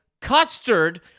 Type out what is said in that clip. custard